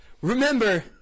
Remember